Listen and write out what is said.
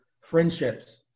friendships